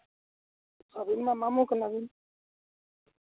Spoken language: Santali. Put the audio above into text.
ᱟᱹᱵᱤᱱ ᱢᱟ ᱢᱟᱢᱚ ᱠᱟᱱᱟᱵᱤᱱ